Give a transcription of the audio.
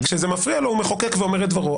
כשזה מפריע לו, הוא מחוקק ואומר את דברו.